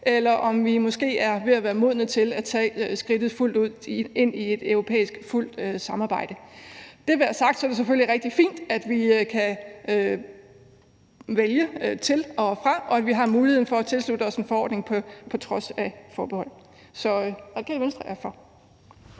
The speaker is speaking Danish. eller om vi måske er ved at være modne til at tage skridtet fuldt ud ind i et fuldt europæisk samarbejde. Med det sagt er det selvfølgelig rigtig fint, at vi kan vælge til og fra, og at vi har muligheden for at tilslutte os en forordning på trods af forbeholdene. Så Radikale Venstre stemmer for.